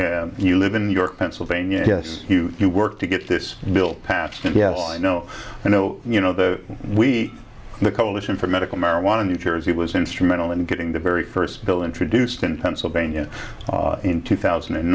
so you live in new york pennsylvania yes you work to get this bill passed and yet i know i know you know that we the coalition for medical marijuana new jersey was instrumental in getting the very first bill introduced in pennsylvania in two thousand and